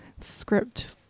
script